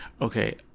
Okay